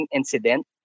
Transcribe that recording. incident